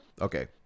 Okay